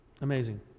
Amazing